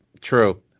True